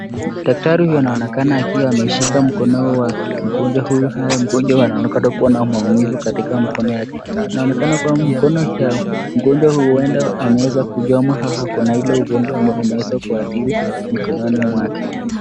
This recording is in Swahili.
Daktari huyu anaonekana akiwa ameshika mkono wa mgonjwa huyu naye mgonjwa anaonekana kuwa na maumivu katika mkono yake. Inaonekana kuwa mkono ya mgonjwa huyu ameweza kuchomwa ama uko na ule ugonjwa umeweza kuadhiri mkononi mwake.